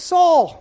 Saul